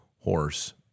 horse